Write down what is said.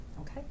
Okay